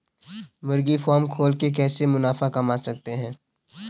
मुर्गी फार्म खोल के कैसे मुनाफा कमा सकते हैं?